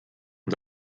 und